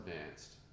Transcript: advanced